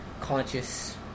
conscious